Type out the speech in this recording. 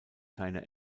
keine